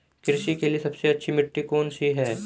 कृषि के लिए सबसे अच्छी मिट्टी कौन सी है?